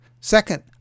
second